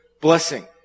blessing